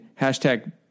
hashtag